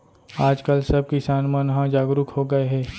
आज काल सब किसान मन ह जागरूक हो गए हे